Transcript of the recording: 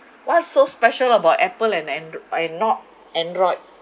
what's so special about apple and andro~ why not android